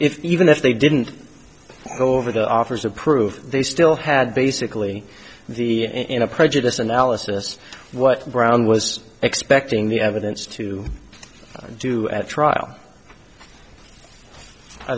even if they didn't go over the offers of proof they still had basically the in a prejudice analysis what brown was expecting the evidence to do at trial i